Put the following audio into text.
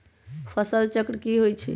फसल चक्र की होई छै?